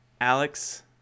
Alex